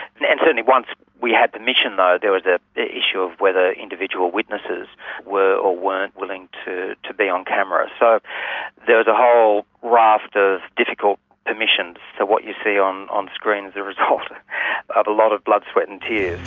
and and certainly once we had permission, though, there was the issue of whether individual witnesses were or weren't willing to to be on camera. so there's a whole raft of difficult permissions, so what you see on on screen is the result of a lot of blood, sweat and tears.